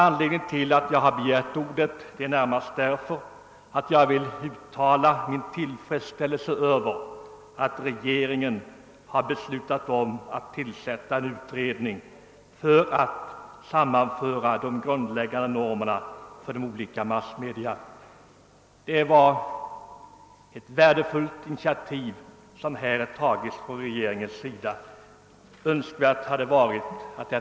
Anledningen till att jag begärt ordet är närmast den att jag vill uttala min tillfredsställelse över att regeringen har beslutat tillsätta en ut redning för att sammanföra de grundläggande normerna för olika massmedia. Regeringen har här tagit ett värdefullt initiativ, men det hade varit önskvärt att det hade skett tidigare. Utöver de frågor som redovisats i det föregående har vissa andra tagits upp vid granskningen.